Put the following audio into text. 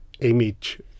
image